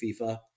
FIFA